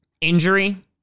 Injury